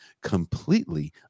completely